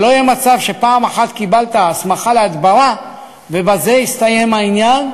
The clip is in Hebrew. ולא יהיה מצב שפעם אחת קיבלת הסמכה להדברה ובזה יסתיים העניין.